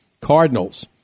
Cardinals